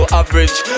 average